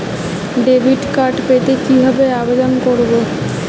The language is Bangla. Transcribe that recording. ডেবিট কার্ড পেতে কিভাবে আবেদন করব?